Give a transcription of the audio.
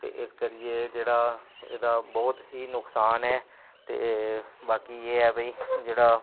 ते इस करियै जेह्ड़ा एह्दा ब्हौत ही नुकसान ऐ ते बाकी एह् ऐ भाई जेह्ड़ा